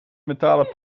mentale